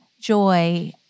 joy